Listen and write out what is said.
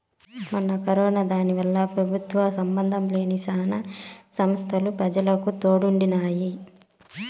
మొన్న కరోనా దినాల్ల పెబుత్వ సంబందం లేని శానా సంస్తలు పెజలకు తోడుండినాయి